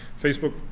facebook